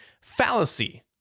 fallacy